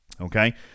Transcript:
okay